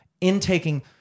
intaking